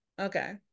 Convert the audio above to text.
Okay